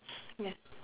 ya